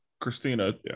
Christina